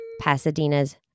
Pasadena's